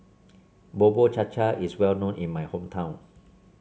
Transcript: Bubur Cha Cha is well known in my hometown